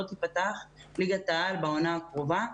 לא תיפתח ליגת העל נשים בעונה הקרובה.